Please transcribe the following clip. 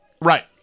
Right